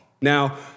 Now